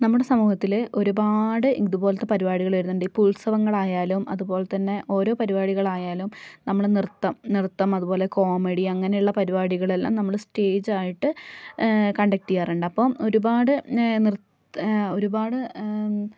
നമ്മുടെ സമൂഹത്തിൽ ഒരുപാട് ഇതുപോലത്തെ പരുപാടികൾ വരുന്നുണ്ട് ഇപ്പോൾ ഉത്സവങ്ങളായാലും അതുപോലെത്തന്നെ ഓരോ പരുപാടികളായാലും നമ്മുടെ നൃത്തം നൃത്തം അതുപോലെ കോമഡി അങ്ങനെയുള്ള പരുപാടികളെല്ലാം നമ്മൾ സ്റ്റേജായിട്ട് കണ്ടക്റ്റ് ചെയ്യാറുണ്ട് അപ്പം ഒരുപാട് നൃത്ത് ഒരുപാട്